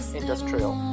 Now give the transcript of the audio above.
industrial